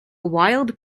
wild